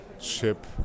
ship